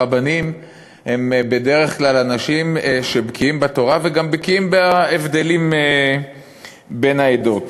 הרבנים הם בדרך כלל אנשים שבקיאים בתורה וגם בקיאים בהבדלים בין העדות.